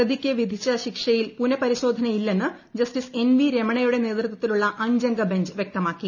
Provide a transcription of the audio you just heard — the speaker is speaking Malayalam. പ്രതിക്ക് വിധിച്ച ശിക്ഷയിൽ പുനപരിശോധനയില്ലെന്ന് ജസ്റ്റിസ് എൻ വി രമണയുടെ നേതൃത്വത്തിലുള്ള അഞ്ചംഗ ബെഞ്ച് വ്യക്തമാക്കി